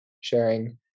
sharing